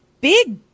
big